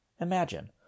Imagine